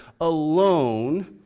alone